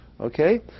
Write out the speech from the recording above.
okay